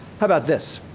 how about this?